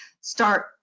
start